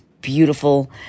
beautiful